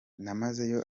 namazeyo